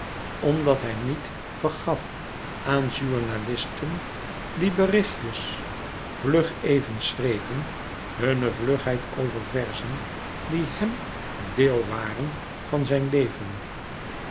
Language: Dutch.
omdat hij niet vergaf aan journalisten die berichtjes vlug even schreven hunne vlugheid over verzen die hèm deel waren van zijn leven